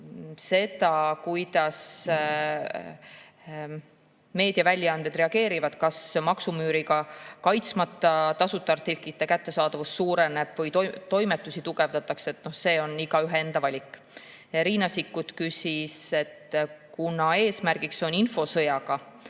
See, kuidas meediaväljaanded reageerivad, kas maksumüüriga kaitsmata tasuta artiklite kättesaadavus suureneb või toimetusi tugevdatakse, on igaühe enda valik. Riina Sikkut küsis, et kuna eesmärk on infosõjaga